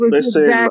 Listen